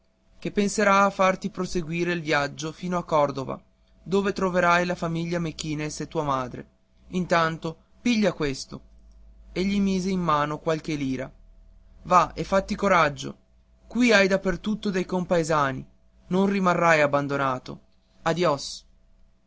che penserà a farti proseguire il viaggio fino a cordova dove troverai la famiglia mequinez e tua madre intanto piglia questo e gli mise in mano qualche lira va e fatti coraggio qui hai da per tutto dei compaesani non rimarrai abbandonato adios